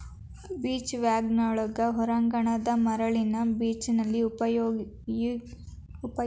beach ವ್ಯಾಗನ್ಗಳು ಹೊರಾಂಗಣ ಮರಳಿನ ಬೀಚಲ್ಲಿ ಬಹುಪಯೋಗಿ ಬಳಕೆಗಾಗಿ ಬಾಗಿಕೊಳ್ಳಬಹುದಾದ ಮಡಿಸುವ ಬಂಡಿಗಳಾಗಿವೆ